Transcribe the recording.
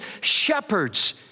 shepherds